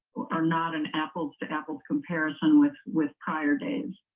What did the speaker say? are not an apples to apples comparison with with prior days.